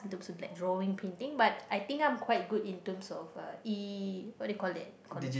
terms of let drawing painting but I think I'm quite good in terms of uh E what do you call that